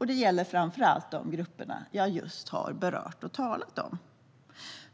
Det gäller framför allt de grupper som jag just har talat om.